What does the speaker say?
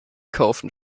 kaufen